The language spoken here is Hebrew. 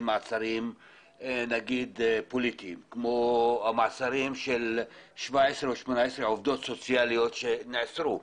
מעצרים נגיד פוליטיים כמו המעצרים של 17 או 18 עובדות סוציאליות שנעצרו?